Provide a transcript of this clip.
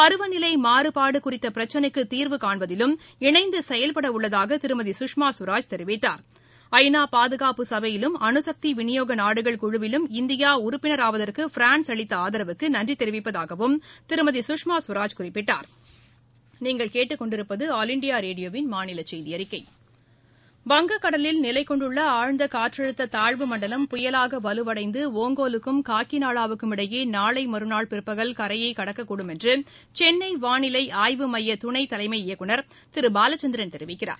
பருவநிலை மாறுபாடு குறித்த பிரச்சினைக்கு தீர்வுகாண்பதிலும் இணைந்து செயல்படவுள்ளதாக திருமதி சுஷ்மா ஸ்வராஜ் தெரிவித்தார் ஐநா பாதுகாப்பு சபையிலும் அணுசக்தி வினியோக நாடுகள் குழுவிலும் இந்தியா உறுப்பினராவதற்கு பிரான்ஸ் அளித்த ஆதரவுக்கு நன்றி தெரிவிப்பதாகவும் திருமதி குஷ்மா ஸ்வராஜ் குறிப்பிட்டார் வங்கக்கடலில் நிலை கொண்டுள்ள ஆழ்ந்த காற்றழுத்த தாழ்வு மண்டலம் புயலாக வலுவடைந்து ஒங்கோலுக்கும் காக்கிநாடாவுக்கும் இடையே நாளை மறுநாள் பிற்பகல் கரையைக் கடக்கக்கூடும் என்று சென்னை வானிலை ஆய்வு மைய துணைத்தலைமை இயக்குநர் திரு பாலசந்தர் தெரிவிக்கிறார்